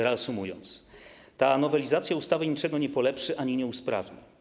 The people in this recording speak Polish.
Reasumując, ta nowelizacja ustawy niczego nie polepszy ani nie usprawni.